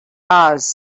hours